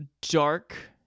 dark